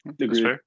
Agree